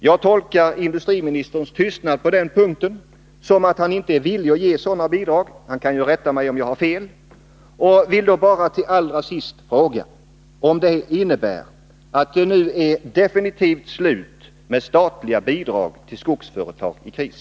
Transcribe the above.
Jag tolkar industriministerns tystnad på den punkten så, att haninte är villig att ge sådana bidrag. Industriministern kan rätta mig om jag har fel. Jag vill därför allra sist fråga om detta innebär att det nu är definitivt slut med statliga bidrag till skogsföretag i kris.